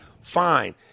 fine